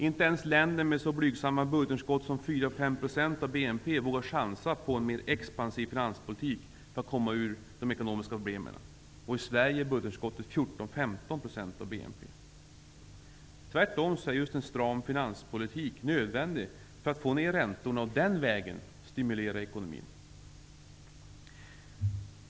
Inte ens länder med så blygsamma budgetunderskott som 4--5 % av BNP vågar chansa på en expansiv finanspolitik för att komma ur de ekonomiska problemen. I Sverige är budgetunderskottet 14-- 15 % av BNP. Tvärtom är en stram finanspolitik nödvändig för att få ner räntorna och den vägen stimulera ekonomin.